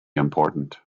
important